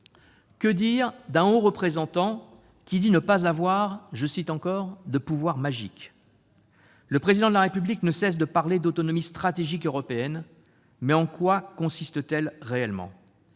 Que dire d'un Haut Représentant qui affirme ne pas avoir de « pouvoirs magiques »? Le Président de la République ne cesse de parler d'« autonomie stratégique européenne », mais en quoi celle-ci consiste-t-elle réellement ?